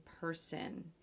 person